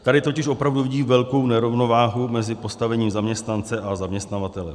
Tady totiž vidím opravdu velkou nerovnováhu mezi postavením zaměstnance a zaměstnavatele.